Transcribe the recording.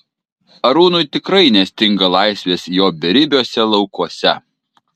arūnui tikrai nestinga laisvės jo beribiuose laukuose